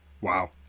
Wow